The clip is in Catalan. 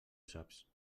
saps